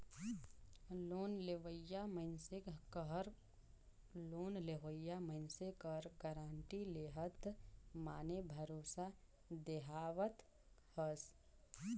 loan लेवइया मइनसे कहर लोन लेहोइया मइनसे कर गारंटी लेहत माने भरोसा देहावत हस